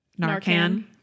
Narcan